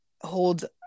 hold